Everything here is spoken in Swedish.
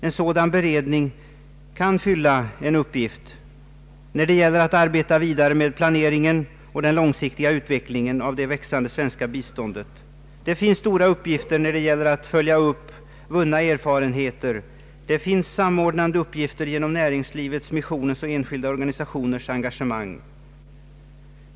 En sådan beredning kan fylla en uppgift när det gäller att arbeta vidare med planeringen och den långsiktiga utvecklingen av det växande svenska biståndet. Det finns stora uppgifter när det gäller att följa upp vunna erfarenheter. Det finns samordnande uppgifter genom näringslivets, missionens och enskilda organisationers engagemang.